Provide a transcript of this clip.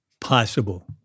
possible